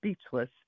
speechless